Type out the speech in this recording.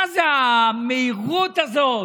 מה זה המהירות הזאת?